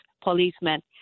policemen